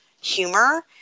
humor